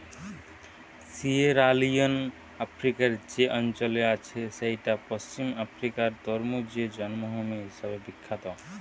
Sierra Leone আফ্রিকার যে অঞ্চলে আছে সেইটা পশ্চিম আফ্রিকার তরমুজের জন্মভূমি হিসাবে বিখ্যাত